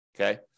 Okay